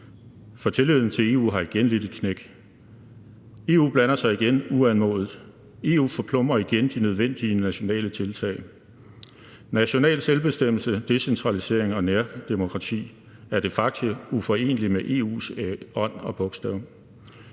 for tilliden til EU har igen lidt et knæk. EU blander sig igen uanmodet, EU forplumrer igen de nødvendige nationale tiltag. National selvbestemmelse, decentralisering og nærdemokrati er de facto uforeneligt med EU's ånd og bogstav.